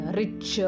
rich